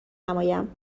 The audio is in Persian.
نمایم